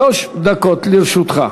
שלוש דקות לרשותך.